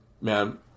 man